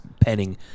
penning